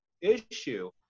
issue